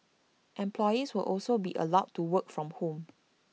employees will also be allowed to work from home